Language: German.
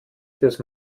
fürs